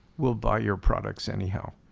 we'll buy your products anyhow.